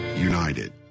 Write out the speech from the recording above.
united